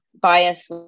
bias